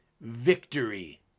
victory